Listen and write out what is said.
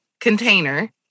container